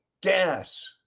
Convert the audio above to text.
gas